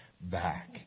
back